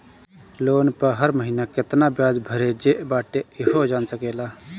loan पअ हर महिना केतना बियाज भरे जे बाटे इहो जान सकेला